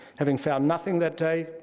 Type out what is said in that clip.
having found nothing that day,